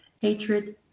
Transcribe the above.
hatred